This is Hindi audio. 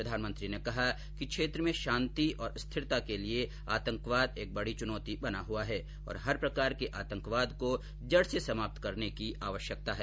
प्रधानमंत्री ने कहा कि क्षेत्र में शांति और स्थिरता के लिए आतंकवाद एक बड़ी चुनौती बना हुआ है और हर प्रकार के आतंकवाद को जड़ से समाप्त करने की आवश्यकता है